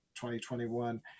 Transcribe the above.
2021